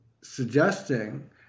suggesting